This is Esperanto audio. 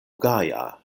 gaja